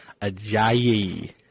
Ajayi